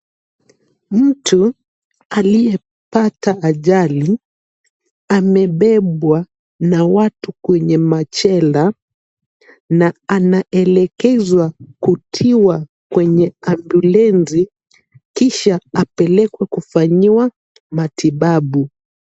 Mtu aliyepata ajali amebebwa na watu kwenye machela, na anaelekezwa kutiwa kwenye ambulensi, kisha apelekwe kufanyiwa matibabu,